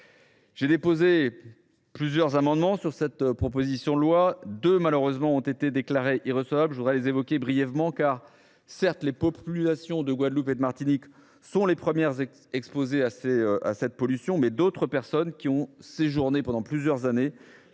J’ai déposé plusieurs amendements sur cette proposition de loi. Deux d’entre eux, malheureusement, ont été déclarés irrecevables. Je voudrais les évoquer brièvement, car, certes, les populations de Guadeloupe et de Martinique sont les premières exposées à cette pollution, mais d’autres personnes qui ont séjourné pendant plusieurs années